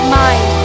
mind